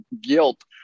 guilt